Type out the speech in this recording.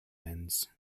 ends